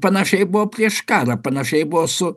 panašiai buvo prieš karą panašiai buvo su